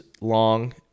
long